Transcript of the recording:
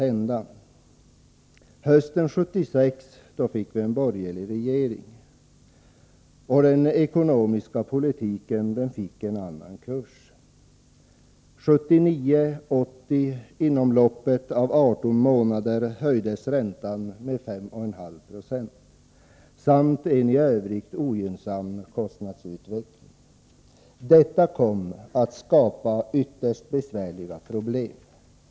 Hösten 1976 fick vi en borgerlig regering, och den ekonomiska politiken fick en annan kurs. Under 1979 och 1980, inom loppet av 18 månader, höjdes räntan med 5,5 26, och vi fick då även en i övrigt ogynnsam kostnadsutveckling. Detta kom att skapa ytterst besvärliga problem.